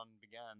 began